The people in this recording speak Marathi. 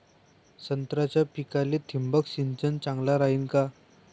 संत्र्याच्या पिकाले थिंबक सिंचन चांगलं रायीन का?